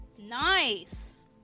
Nice